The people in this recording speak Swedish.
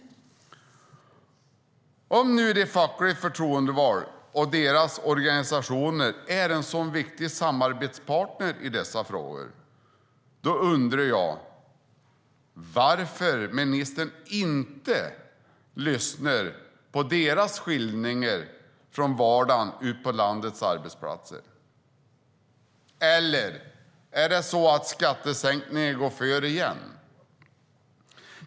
Om fackligt förtroendevalda och deras organisationer är en sådan viktig samarbetspartner i dessa frågor, varför lyssnar ministern inte på deras skildringar från vardagen på landets arbetsplatser? Eller är det så att skattesänkningar går före igen?